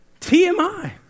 TMI